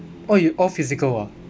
oh you all physical ah